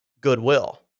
goodwill